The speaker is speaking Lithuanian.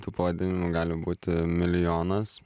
tų pavadinimų gali būti milijonas